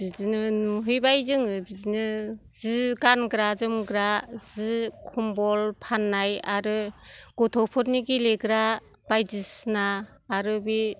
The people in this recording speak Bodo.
बिदिनो नुहैबाय जोङो बिदिनो जि गानग्रा जोमग्रा जि खम्बल फाननाय आरो गथ'फोरनि गेलेग्रा बायदिसिना आरो बे